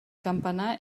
campanar